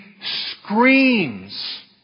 screams